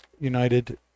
united